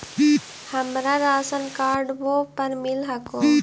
हमरा राशनकार्डवो पर मिल हको?